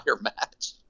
match